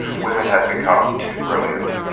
women have become too brilliant.